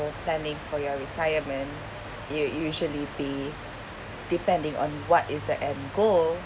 planning for your retirement you usually be depending on what is the end goal